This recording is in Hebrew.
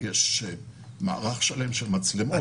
יש מערך שלם של מצלמות.